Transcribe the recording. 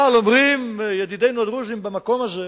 אבל אומרים ידידינו הדרוזים במקום הזה: